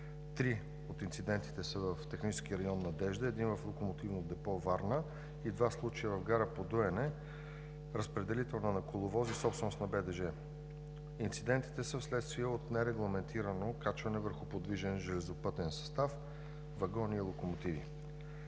Три от инцидентите – в технически район „Надежда“, един в локомотивното депо във Варна, два случая в гара „Подуяне-разпределителна“, са на коловози, собственост на БДЖ. Инцидентите са вследствие на нерегламентирано качване върху подвижен железопътен състав – вагони и локомотиви.